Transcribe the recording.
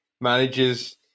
managers